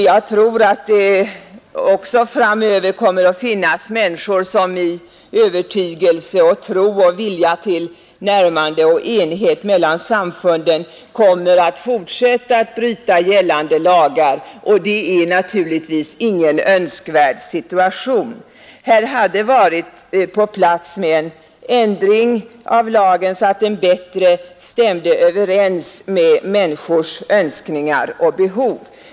Jag tror att det också framöver kommer att finnas människor som i övertygelse och tro och vilja till närmande och enhet mellan samfunden kommer att fortsätta att bryta gällande lagar, och det är naturligtvis ingen önskvärd situation. Här hade det varit på sin plats med en ändring av lagen, så att den bättre stämde överens med praxis bland enskilda människor.